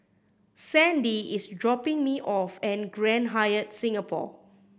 Sandie is dropping me off at Grand Hyatt Singapore